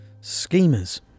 schemers